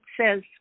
says